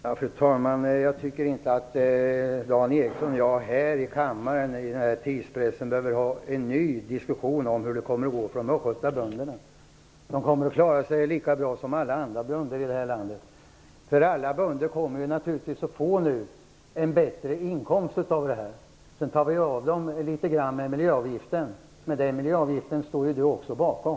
Fru talman! Med tanke på tidspressen tycker jag inte att Dan Ericsson och jag här i kammaren behöver föra en ny diskussion om hur det kommer att gå för östgötabönderna. De kommer att klara sig lika bra som alla andra bönder här i landet. Alla bönder kommer nu naturligtvis att få en bättre inkomst. Sedan tar vi av dem litet grand med miljöavgiften, men förslaget om den står ju även Dan Ericsson bakom.